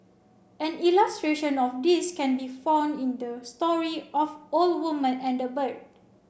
an illustration of this can be found in the story of old woman and the bird